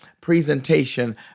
presentation